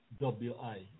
WI